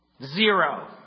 Zero